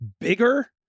bigger